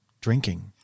drinking